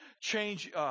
change